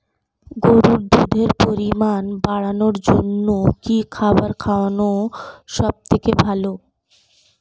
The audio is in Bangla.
গরুর দুধের পরিমাণ বাড়ানোর জন্য কি খাবার খাওয়ানো সবথেকে ভালো?